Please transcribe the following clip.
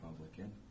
Republican